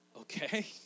okay